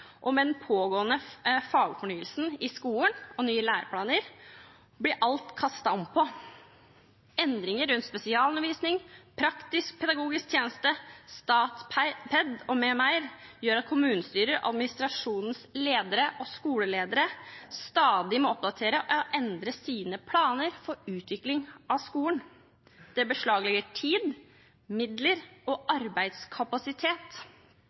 og med den pågående fagfornyelsen i skolen og nye læreplaner blir alt kastet om på. Endringer rundt spesialundervisning, praktisk pedagogisk tjeneste, Statped m.m. gjør at kommunestyrer og administrasjonens ledere og skoleledere stadig må oppdatere og endre sine planer for utvikling av skolen. Det legger beslag på tid, midler og